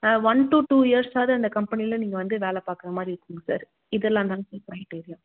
one to two இயர்ஸாவது அந்த கம்பெனியில நீங்கள் வந்து வேலை பார்க்கறமாரி இருக்குணுங்க சார் இதெல்லாம்தாங்க சார் க்ரைடீரியா